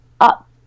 up